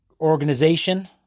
organization